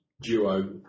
duo